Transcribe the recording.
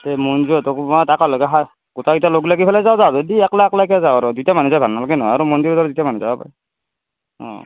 তে মঞ্জুহঁতকো মাত একেলগে হাত গোটাইকেইটা লগ লাগি পেলাই যাওঁ যোৱা যদি অকলে অকলে যোৱা আৰু দুটা মানুহ যাই ভাল নালাগে নহয় আৰু মন্দিৰত আৰু দুটা মানুহ যাব পাৰি অঁ